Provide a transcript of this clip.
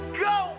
go